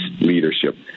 leadership